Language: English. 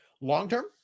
Long-term